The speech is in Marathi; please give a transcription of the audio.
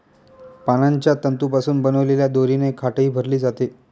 पानांच्या तंतूंपासून बनवलेल्या दोरीने खाटही भरली जाते